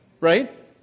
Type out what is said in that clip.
Right